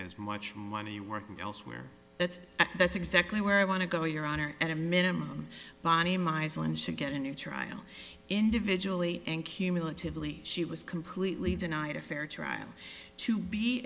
as much money working elsewhere that's that's exactly where i want to go your honor at a minimum bonnie mizen should get a new trial individually and cumulatively she was completely denied a fair trial to be